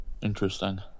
Interesting